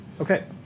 Okay